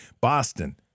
Boston